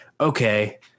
okay